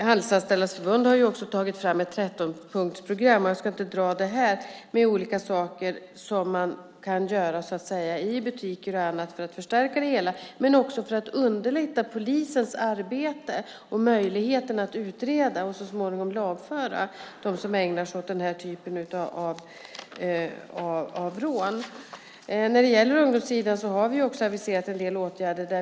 Handelsanställdas förbund har också tagit fram ett 13-punktsprogram - jag ska inte dra det här - med olika saker som man kan göra i butiker och annat för att stärka säkerheten men också för att underlätta polisens arbete och möjligheter att utreda och så småningom lagföra dem som ägnar sig åt den här typen av rån. När det gäller ungdomssidan har vi också aviserat en del åtgärder.